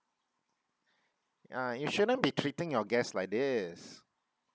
uh you shouldn't be treating your guest like this